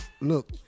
look